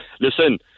listen